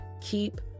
keep